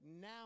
now